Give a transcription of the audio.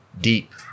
Deep